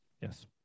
Yes